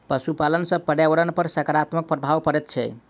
पशुपालन सॅ पर्यावरण पर साकारात्मक प्रभाव पड़ैत छै